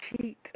cheat